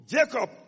Jacob